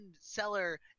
seller